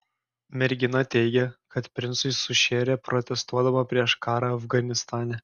mergina teigė kad princui sušėrė protestuodama prieš karą afganistane